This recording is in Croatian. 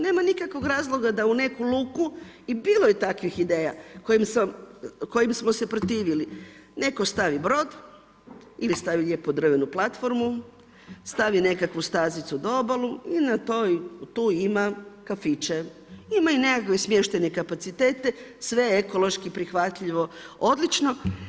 Nema nikakvog razloga da u neku luku, i bilo je takvih ideja kojim smo se protivili, netko stavi brod ili stavi lijepo drvenu platformu, stavi nekakvu stazicu do obalu i na toj, tu ima kafiće, ima i nekakve smještajne kapacitete, sve ekološki prihvatljivo, odlično.